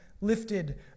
lifted